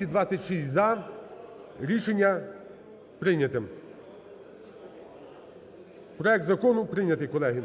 За-226 Рішення прийнято. Проект закону прийнятий, колеги.